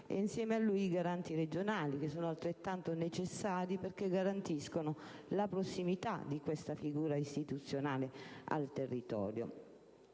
insieme a lui i garanti regionali che sono altrettanto necessari perché assicurano la prossimità di questa figura istituzionale al territorio.